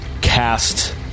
cast